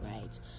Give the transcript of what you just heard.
right